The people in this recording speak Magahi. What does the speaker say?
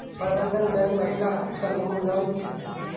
प्रबंधन बैंक महिला समूह लोन की होय?